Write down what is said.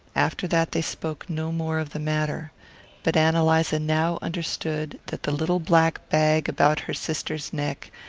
after that they spoke no more of the matter but ann eliza now understood that the little black bag about her sister's neck,